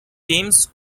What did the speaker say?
teams